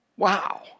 Wow